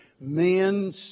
Men